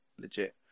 legit